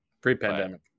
Pre-pandemic